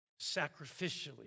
sacrificially